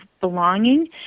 belonging